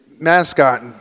mascot